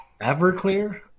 Everclear